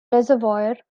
reservoir